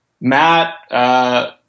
Matt